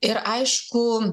ir aišku